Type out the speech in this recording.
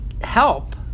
help